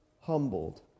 humbled